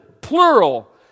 plural